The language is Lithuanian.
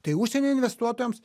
tai užsienio investuotojams